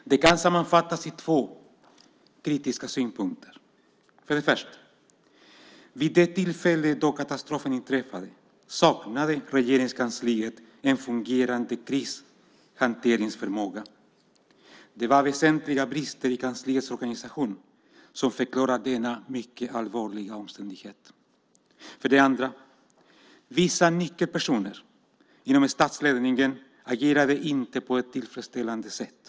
Det kan sammanfattas i två kritiska synpunkter. 1. Vid det tillfälle då katastrofen inträffade saknade Regeringskansliet en fungerande krishanteringsförmåga. Det var väsentliga brister i kansliets organisation som förklarar denna mycket allvarliga omständighet. 2. Vissa nyckelpersoner inom statsledningen agerade inte på ett tillfredsställande sätt.